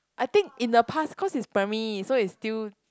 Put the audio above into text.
I think in the past cause it's primary so it's still